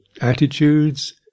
attitudes